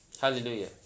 Hallelujah